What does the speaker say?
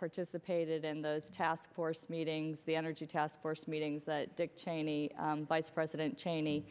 participated in the taskforce meetings the energy task force meetings that dick cheney vice president cheney